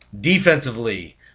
Defensively